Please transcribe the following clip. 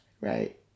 Right